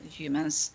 humans